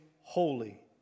holy